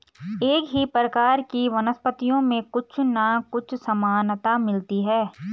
एक ही प्रकार की वनस्पतियों में कुछ ना कुछ समानता मिलती है